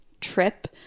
trip